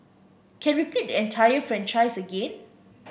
can repeat the entire franchise again